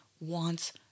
wants